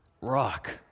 Rock